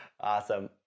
Awesome